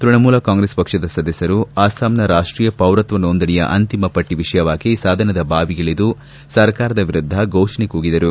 ತ್ಯಣಮೂಲ ಕಾಂಗ್ರೆಸ್ ಪಕ್ಷದ ಸದಸ್ಯರು ಅಸ್ಸಾಂನ ರಾಷ್ಷೀಯ ಪೌರತ್ವ ನೋಂದಣಿಯ ಅಂತಿಮ ಪಟ್ಷ ವಿಷಯವಾಗಿ ಸದನದ ಬಾವಿಗಿಳಿದು ಸರ್ಕಾರದ ವಿರುದ್ಧ ಘೋಷಣೆ ಕೂಗಿದರು